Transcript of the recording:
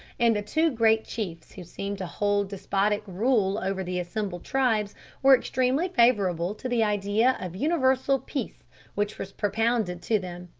and the two great chiefs who seemed to hold despotic rule over the assembled tribes were extremely favourable to the idea of universal peace which was propounded to them.